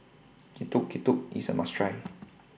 Getuk Getuk IS A must Try